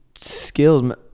skills